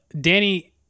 danny